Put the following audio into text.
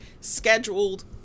scheduled